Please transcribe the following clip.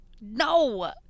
No